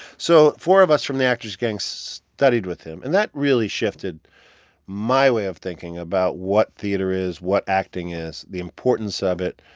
so four of us from the actors' gang studied with him and that really shifted my way of thinking about what theater is, what acting is, the importance of it,